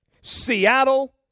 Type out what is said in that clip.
Seattle